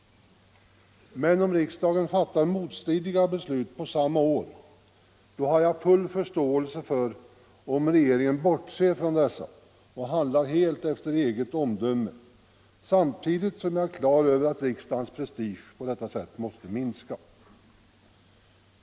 Men om riksdagen fattar motstridiga beslut samma år, har jag full förståelse för om regeringen bortser från dessa och handlar helt efter eget omdöme, samtidigt som jag är på det klara med att riksdagens prestige på detta sätt måste minska.